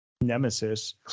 nemesis